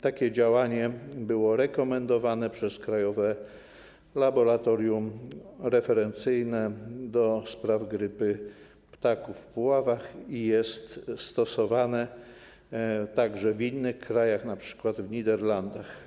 Takie działanie było rekomendowane przez Krajowe Laboratorium Referencyjne ds. Grypy Ptaków w Puławach i jest stosowane także w innych krajach, np. w Niderlandach.